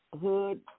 hood